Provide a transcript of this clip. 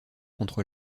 contre